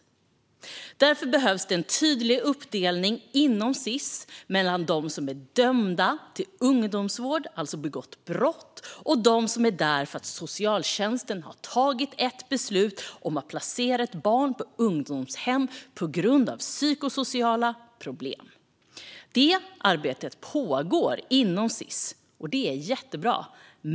Därför behövs det en tydlig uppdelning inom Sis mellan dem som är dömda till ungdomsvård, som alltså har begått brott, och de som är där för att socialtjänsten har tagit beslut om att placera dem på ungdomshem på grund av psykosociala problem. Det arbetet pågår inom Sis, och det är jättebra.